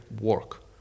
work